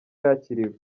yakiriwe